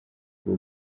bwo